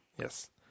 Yes